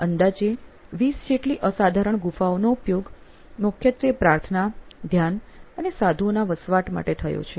અંદાજે 20 જેટલી અસાધારણ ગુફાઓનો ઉપયોગ મુખ્યત્વે પ્રાર્થના ધ્યાન અને સાધુઓના વસવાટ માટે થયો છે